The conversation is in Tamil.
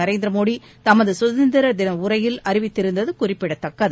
நரேந்திர மோடி தமது சுதந்திர தின உரையில் அறிவித்திருந்தது குறிப்பிடத்தக்கது